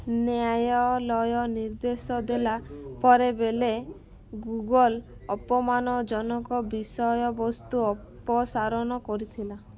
ନ୍ୟାୟଳୟ ନିର୍ଦ୍ଦେଶ ଦେଲା ପରେ ବେଳେ ଗୁଗୁଲ୍ ଅପମାନଜନକ ବିଷୟବସ୍ତୁ ଅପସାରଣ କରିଥିଲା